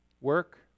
Work